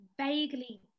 vaguely